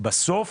בסוף